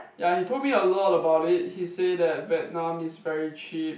ya he told me a lot about it he say that Vietnam is very cheap